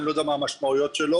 אני לא יודע מה המשמעויות שלו,